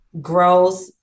growth